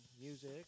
music